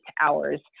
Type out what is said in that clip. hours